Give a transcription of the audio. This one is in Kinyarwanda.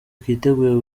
twiteguye